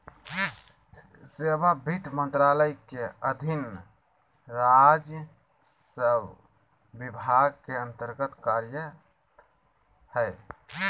सेवा वित्त मंत्रालय के अधीन राजस्व विभाग के अन्तर्गत्त कार्यरत हइ